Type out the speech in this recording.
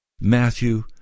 Matthew